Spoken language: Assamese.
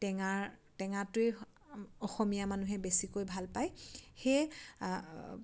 টেঙাৰ টেঙাটোৱেই অসমীয়া মানুহে বেছিকৈ ভাল পায় সেয়ে